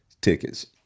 tickets